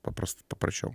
paprastai paprasčiau